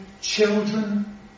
children